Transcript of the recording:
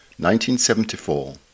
1974